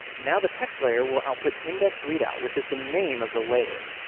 now the text layer will output index readout which is the name of the layer.